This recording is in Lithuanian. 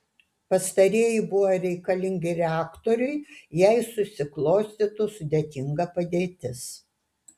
pastarieji buvo reikalingi reaktoriui jei susiklostytų sudėtinga padėtis